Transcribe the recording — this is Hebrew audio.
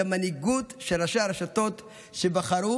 היא המנהיגות של ראשי הרשתות שבחרו